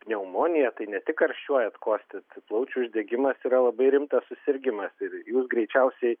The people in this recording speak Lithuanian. pneumoniją tai ne tik karščiuojat kostit plaučių uždegimas yra labai rimtas susirgimas ir jūs greičiausiai